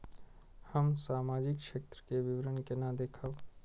हम सामाजिक क्षेत्र के विवरण केना देखब?